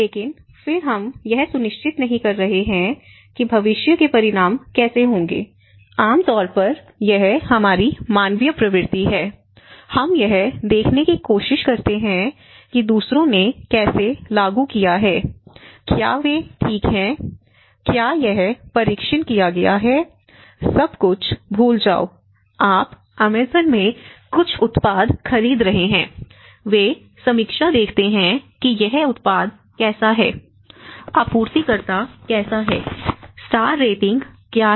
लेकिन फिर हम यह सुनिश्चित नहीं कर रहे हैं कि भविष्य के परिणाम कैसे होंगे आम तौर पर यह हमारी मानवीय प्रवृत्ति है हम यह देखने की कोशिश करते हैं कि दूसरों ने कैसे लागू किया है क्या वे ठीक हैं क्या यह परीक्षण किया गया है सब कुछ भूल जाओ आप अमेज़न में कुछ उत्पाद खरीद रहे हैं वे समीक्षा देखते हैं कि यह उत्पाद कैसा है आपूर्तिकर्ता कैसा है स्टार रेटिंग क्या है